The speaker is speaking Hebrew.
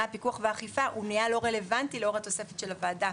מה הפיקוח והאכיפה זה נהיה לא רלוונטי לאור התוספת של הוועדה.